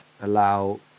allow